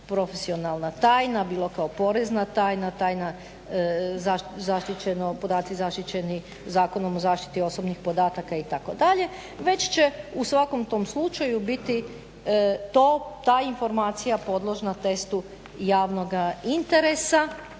profesionalna tajna, bilo kao porezna tajna, tajna zaštićena, podaci zaštićeni Zakonom o zaštiti osobnih podataka itd., već će u svakom tom slučaju biti to, ta informacija podložna testu javnoga interesa,